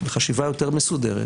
לחשיבה יותר מסודרת,